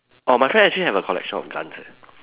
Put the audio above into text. orh my friend actually have a collection of guns eh